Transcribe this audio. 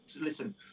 Listen